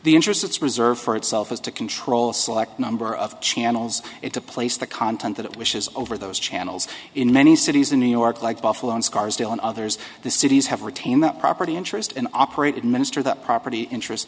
the interests reserved for itself is to control a select number of channels it to place the content that it wishes over those channels in many cities in new york like buffalo in scarsdale and others the cities have retained that property interest and operated minister that property interest